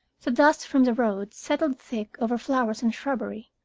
the dust from the road settled thick over flowers and shrubbery.